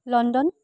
London